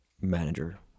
manager